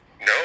No